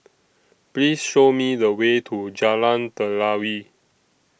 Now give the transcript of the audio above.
Please Show Me The Way to Jalan Telawi